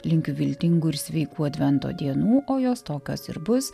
linkiu viltingų ir sveikų advento dienų o jos tokios ir bus